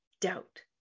doubt